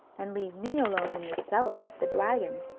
and leave me alone in the cellar with the dragon.